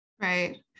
Right